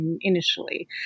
initially